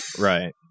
Right